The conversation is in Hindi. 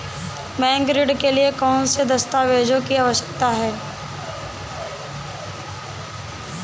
बैंक ऋण के लिए कौन से दस्तावेजों की आवश्यकता है?